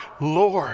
Lord